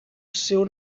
seu